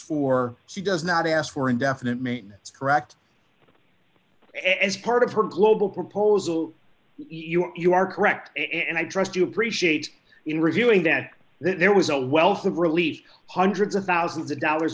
for she does not ask for indefinite maintenance correct and as part of her global proposal you are you are correct and i trust you appreciate in reviewing that there was a wealth of relief hundreds of thousands of dollars